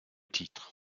titre